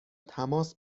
تماس